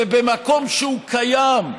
במקום שהוא קיים,